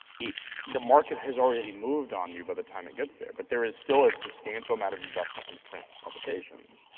the market has already moved on you by the time it gets there, but there is still a substantial amount of investment in print publications.